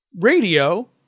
radio